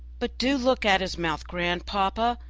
but do look at his mouth, grandpapa,